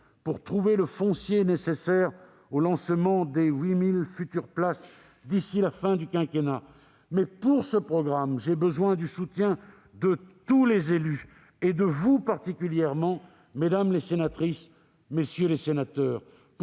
pour trouver le foncier nécessaire au lancement des 8 000 futures places d'ici la fin du quinquennat, mais, pour ce programme, j'ai besoin du soutien de tous les élus, et de vous particulièrement, mesdames les sénatrices, messieurs les sénateurs,